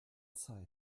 zeit